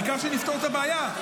העיקר שנלמד את הבעיה.